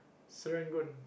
Serangoon